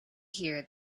here